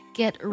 get